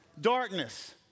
Darkness